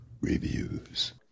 reviews